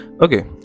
okay